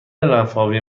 لنفاوی